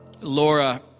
Laura